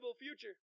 future